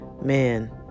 Man